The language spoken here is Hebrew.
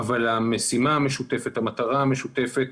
אבל המשימה המשותפת, המטרה המשותפת,